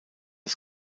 des